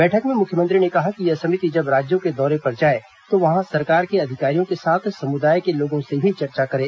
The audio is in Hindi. बैठक में मुख्यमंत्री ने कहा कि यह समिति जब राज्यों के दौरे पर जाए तो वहां सरकार के अधिकारियों के साथ समुदाय के लोगों से भी चर्चा करे